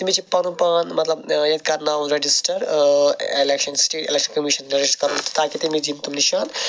تٔمِس چھُ پَنُن پان مَطلَب ییٚتہِ کَرناوُن register election city election commission register کَرُن تاکہِ تٔمِس دِنۍ تِم نِشان